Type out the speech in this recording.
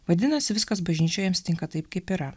vadinasi viskas bažnyčioje jiems tinka taip kaip yra